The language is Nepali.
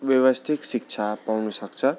व्यवस्थित शिक्षा पाउन सक्छ